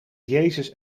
jezus